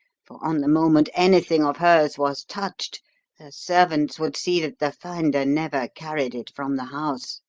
for, on the moment anything of hers was touched, her servants would see that the finder never carried it from the house.